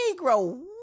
Negro